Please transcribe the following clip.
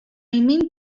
mean